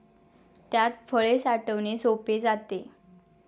त्यात फळे साठवणे सोपे जाते